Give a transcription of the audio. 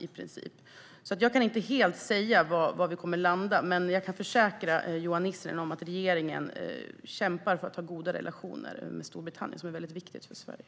Jag kan därför inte säga exakt var vi kommer att landa, men jag kan försäkra Johan Nissinen om att regeringen kämpar för att ha goda relationer med Storbritannien, som är mycket viktigt för Sverige.